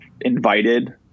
invited